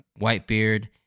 Whitebeard